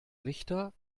richter